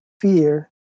fear